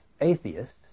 atheists